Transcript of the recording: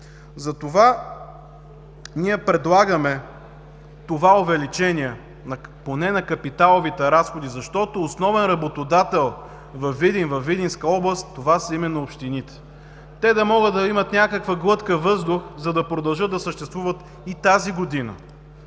Затова ние предлагаме това увеличение поне на капиталовите разходи, защото основен работодател във Видин, във Видинска област са именно общините. Те да могат да имат някаква глътка въздух, за да продължат да съществуват и тази година.